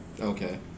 Okay